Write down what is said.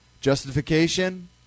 Justification